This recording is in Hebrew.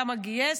כמה הוא גייס?